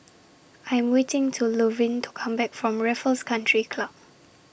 I'm waiting to Luverne to Come Back from Raffles Country Club